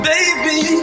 Baby